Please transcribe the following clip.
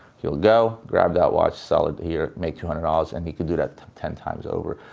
he'll go, grab that watch, sell it here, make two hundred dollars, and he can do that ten times over.